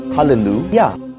Hallelujah